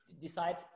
decide